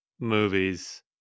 movies